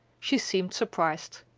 she seemed surprised.